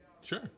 Sure